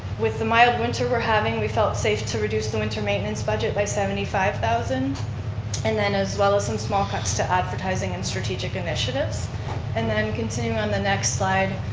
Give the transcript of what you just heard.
with the mild winter we're having, we felt safe to reduce the winter maintenance budget by seventy five thousand and then as well as some small cuts to advertising and strategic initiatives and then continuing on the next slide,